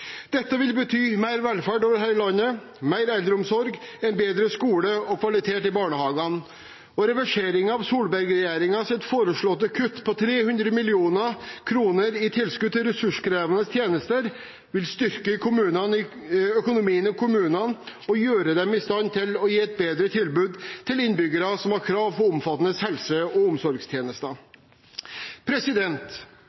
Dette vil bety mer velferd over hele landet, mer eldreomsorg, en bedre skole og kvalitet i barnehagene. Reverseringen av Solberg-regjeringens foreslåtte kutt på 300 mill. kr i tilskudd til ressurskrevende tjenester vil styrke økonomien i kommunene og gjøre dem i stand til å gi et bedre tilbud til innbyggere som har krav på omfattende helse- og omsorgstjenester.